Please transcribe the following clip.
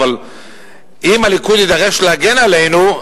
אבל אם הליכוד יידרש להגן עלינו,